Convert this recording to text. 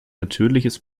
natürliches